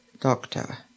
doctor